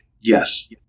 Yes